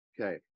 Okay